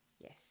Yes